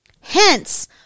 Hence